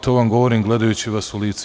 To vam govorim gledajući vas u lice.